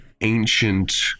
ancient